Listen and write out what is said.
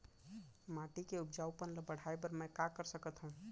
माटी के उपजाऊपन ल बढ़ाय बर मैं का कर सकथव?